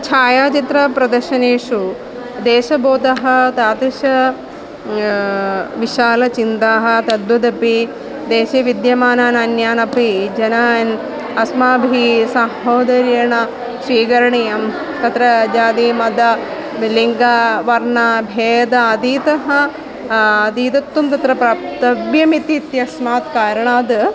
छायाचित्रप्रदर्शनेषु देशबोधः तादृशी विशालचिन्ता तद्वदपि देशे विद्यमानानन्यान् अपि जनान् अस्माभिः सहोदरेण स्वीकरणीयं तत्र यदि मद लिङ्गवर्णभेदः अधीतः अधीतत्वं तत्र प्राप्तव्यम् इति इत्यस्मात् कारणाद्